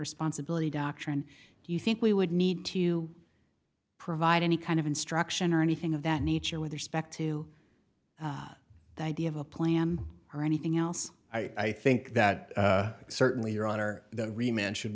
responsibility doctrine do you think we would need to provide any kind of instruction or anything of that nature with respect to the idea of a plan or anything else i think that certainly your honor